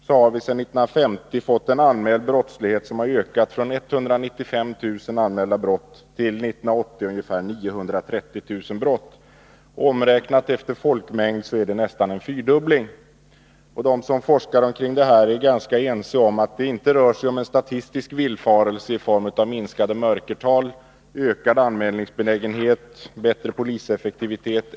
Sedan 1950 har den anmälda brottsligheten ökat från Tisdagen den 195 000 anmälda brott till ungefär 930 000 anmälda brott 1980. Omräknat 14 december 1982 efter folkmängd innebär det nästan en fyrdubbling. De som forskar i detta är ganska ense om att det inte rör sig om en statistisk villfarelse i form av Vidgad användminskat mörkertal, ökad anmälningsbenägenhet eller bättre poliseffektivi — ning av strafföretet.